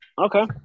Okay